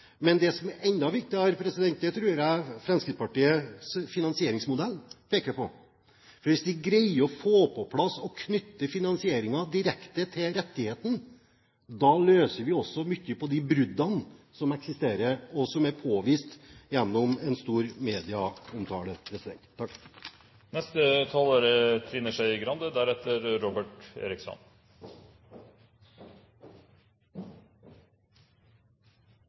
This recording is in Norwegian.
Men det som er enda viktigere, tror jeg, er noe Fremskrittspartiets finansieringsmodell peker på. Hvis vi greier å få på plass og knytte finansieringen direkte til rettigheten, løser vi også mye på de bruddene som eksisterer, og som er påvist gjennom en stor medieomtale.